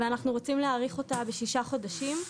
ואנחנו רוצים להאריך אותה בשישה חודשים.